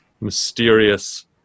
mysterious